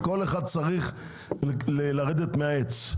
כל אחד צריך לרדת מהעץ.